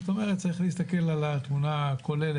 זאת אומרת, צריך להסתכל על התמונה הכוללת.